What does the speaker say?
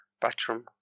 bathroom